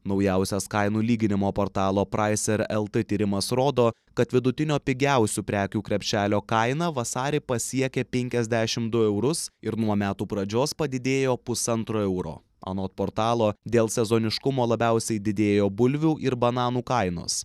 naujausias kainų lyginimo portalo praiser lt tyrimas rodo kad vidutinio pigiausių prekių krepšelio kaina vasarį pasiekė penkiasdešim du eurus ir nuo metų pradžios padidėjo pusantro euro anot portalo dėl sezoniškumo labiausiai didėjo bulvių ir bananų kainos